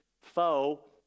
foe